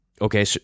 Okay